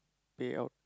pay out